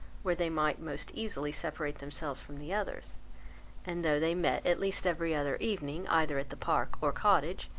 where they might most easily separate themselves from the others and though they met at least every other evening either at the park or cottage,